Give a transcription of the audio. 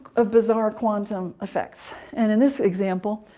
of bizarre quantum effects. and in this example,